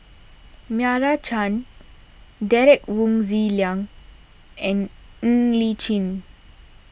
Meira Chand Derek Wong Zi Liang and Ng Li Chin